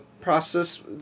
process